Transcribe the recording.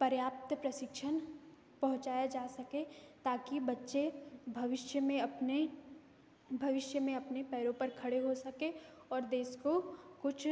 पर्याप्त प्रशिक्षण पहुंचाया जा सके ताकि बच्चे भविष्य में अपने भविष्य में अपने पैरों पर खड़े हो सकें और देश को कुछ